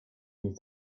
menu